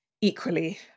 equally